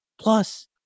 Plus